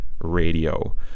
Radio